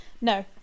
no